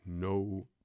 No